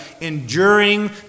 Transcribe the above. enduring